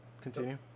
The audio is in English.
continue